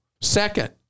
Second